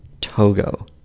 Togo